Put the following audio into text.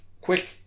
quick